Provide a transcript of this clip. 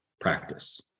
practice